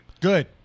Good